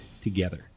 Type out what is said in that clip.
together